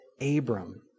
Abram